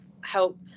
help